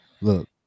look